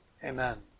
Amen